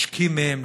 עושקים אותם,